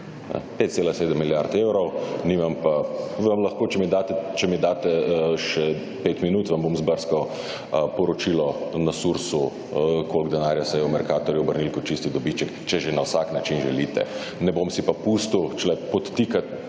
5,7 milijard evrov. Vam lahko, če mi date še 5 minut, vam bom izbrskal poročilo na SURS-u, koliko denarja se je v Mercatorju obrnilo kot čisti dobiček, če že na vsak način želite. Ne bom si pa pustil podtikati